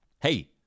Hey